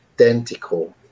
identical